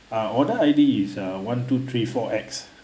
uh order I_D is uh one two three four X